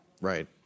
Right